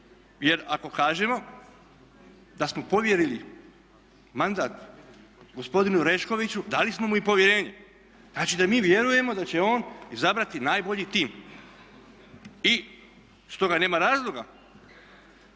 Jer ako kažemo da smo povjerili mandat gospodinu Oreškoviću, dali smo mu i povjerenje. Znači da mi vjerujemo da će on izabrati najbolji tim. I stoga nema razloga